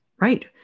right